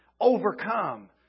overcome